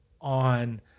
on